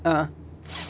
uh